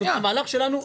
המהלך שלנו --- רגע.